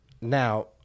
now